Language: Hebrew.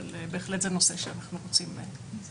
אבל זה בהחלט נושא שאנחנו רוצים לקדם.